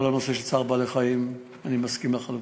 כל הנושא של צער בעלי-חיים, אני מסכים לחלוטין.